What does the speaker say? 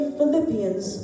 Philippians